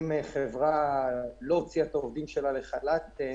אם חברה לא הוציאה את העובדים שלה לחל"ת,